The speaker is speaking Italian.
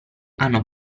hanno